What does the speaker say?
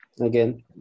Again